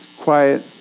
quiet